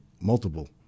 multiple